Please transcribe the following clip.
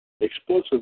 Explosive